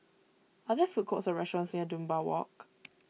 are there food courts or restaurants near Dunbar Walk